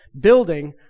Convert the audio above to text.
building